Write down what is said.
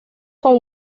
con